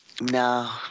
No